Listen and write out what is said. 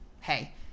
hey